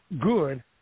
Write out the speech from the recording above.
good